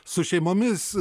su šeimomis